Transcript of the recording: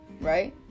Right